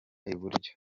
iburyo